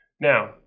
Now